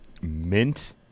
mint